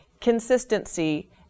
consistency